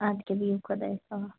ادٕ کیاہ بِہِو خۄدایس حوالہ